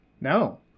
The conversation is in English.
no